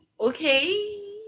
okay